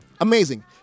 Amazing